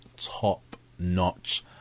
top-notch